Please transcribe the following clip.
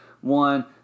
one